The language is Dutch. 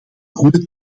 goede